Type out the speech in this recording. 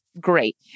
great